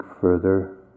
further